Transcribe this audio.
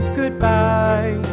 goodbye